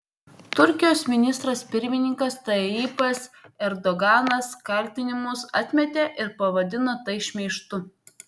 turkijos ministras pirmininkas tayyipas erdoganas kaltinimus atmetė ir pavadino tai šmeižtu